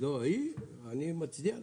היא, אני מצדיע לה.